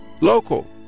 local